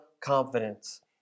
confidence